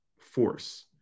force